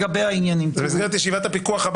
לא בקיא מספיק בדיני הירושה,